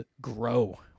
grow